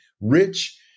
rich